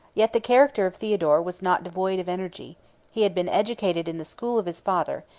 yet the character of theodore was not devoid of energy he had been educated in the school of his father,